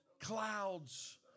clouds